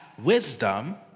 wisdom